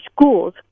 schools